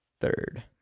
third